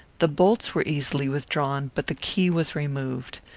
the bolts were easily withdrawn, but the key was removed.